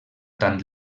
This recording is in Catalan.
tant